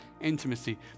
intimacy